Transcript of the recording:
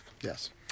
Yes